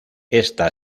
esta